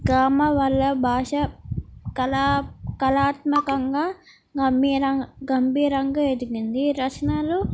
కామ వల్ల భాష కలా కళాత్మకంగా గంభీరంగా ఎదిగింది రచనలు